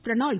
Prannoy